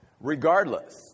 Regardless